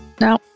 no